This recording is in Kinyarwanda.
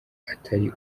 atari